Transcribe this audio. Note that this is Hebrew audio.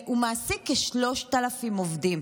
והוא מעסיק כ-3,000 עובדים.